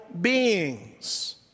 beings